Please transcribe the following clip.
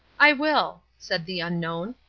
i will, said the unknown.